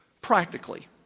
practically